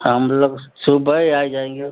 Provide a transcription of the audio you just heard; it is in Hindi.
हाँ मतलब सुबह ही आ जाएँगे